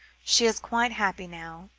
she is quite happy now,